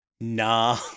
Nah